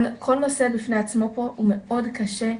כל נושא בפני עצמו פה הוא מאוד קשה,